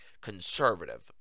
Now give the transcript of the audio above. conservative